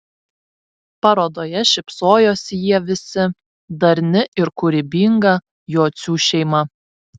parodoje šypsojosi jie visi darni ir kūrybinga jocių šeima